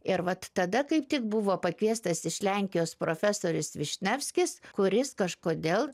ir vat tada kaip tik buvo pakviestas iš lenkijos profesorius višnevskis kuris kažkodėl